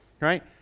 right